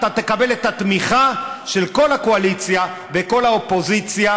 אתה תקבל את התמיכה של כל הקואליציה וכל האופוזיציה,